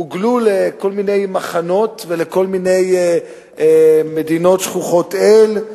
הוגלו לכל מיני מחנות ולכל מיני מדינות שכוחות-אל,